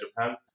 Japan